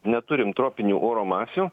neturim tropinių oro masių